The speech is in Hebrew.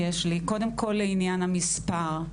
קודם כול, לעניין המספר.